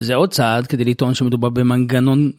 זה עוד צעד כדי לטעון שמדובר במנגנון.